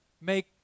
make